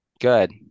Good